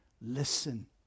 Listen